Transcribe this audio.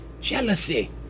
jealousy